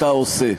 אתה עושה.